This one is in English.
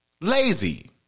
Lazy